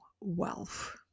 wealth